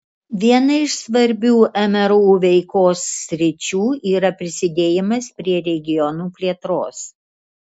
viena iš svarbių mru veikos sričių yra prisidėjimas prie regionų plėtros